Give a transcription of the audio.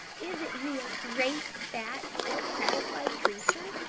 isn't he a great, fat, self-satisfied creature,